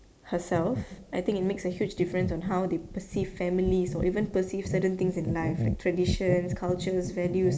herself I think it makes a huge difference on how they perceive families or even perceive certain things in life like traditions cultures values